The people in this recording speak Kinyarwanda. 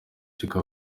cy’uko